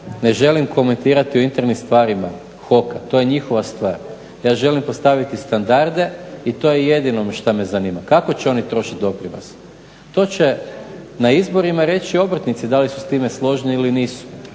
ne želim komentirati o internim stvarima HOK-a, to je njihova stvar. Ja želim postaviti standarde i to je jedino što me zanima. Kako će oni trošiti doprinose? To će na izborima reći obrtnici da li su s time složni ili nisu.